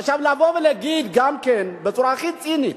עכשיו, לבוא ולהגיד גם כן, בצורה הכי צינית,